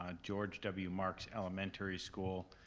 ah george w. marks elementary school,